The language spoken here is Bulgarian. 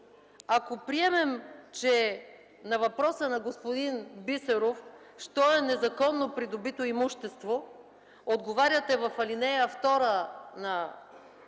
Ако приемем, че на въпроса на господин Бисеров: „Що е незаконно придобито имущество?”, отговаряте в ал. 2 на